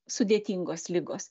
sudėtingos ligos